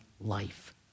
life